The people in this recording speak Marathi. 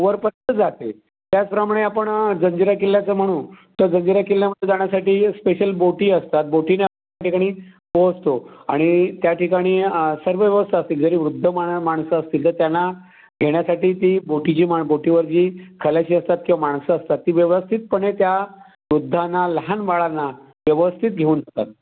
वरपर्यंत जाते त्याचप्रमाणे आपण जंजिरा किल्ल्याचं म्हणू तर जंजिरा किल्ल्यामध्ये जाण्यासाठी स्पेशल बोटी असतात बोटीने आपण त्या ठिकाणी पोहोचतो आणि त्या ठिकाणी सर्व व्यवस्था असते जरी वृद्ध माणं माणसं असतील तर त्यांना घेण्यासाठी ती बोटीजी माण बोटीवर जी खलाशी असतात किवा माणसं असतात ती व्यवस्थितपणे त्या वृद्धांना लहान बाळांना व्यवस्थित घेऊन जातात